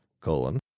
colon